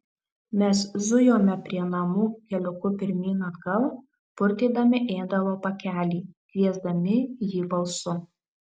mes zujome prie namų keliuku pirmyn atgal purtydami ėdalo pakelį kviesdami jį balsu